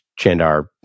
Chandar